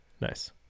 nice